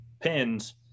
pins